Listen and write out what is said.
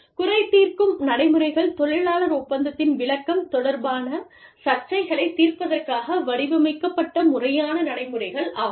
குறை தீர்க்கும் நடைமுறைகள் தொழிலாளர் ஒப்பந்தத்தின் விளக்கம் தொடர்பான சர்ச்சைகளைத் தீர்ப்பதற்காக வடிவமைக்கப்பட்ட முறையான நடைமுறைகள் ஆகும்